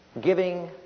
giving